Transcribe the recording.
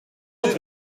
dat